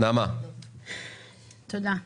נעמה, בבקשה.